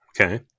Okay